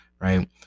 right